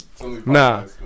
Nah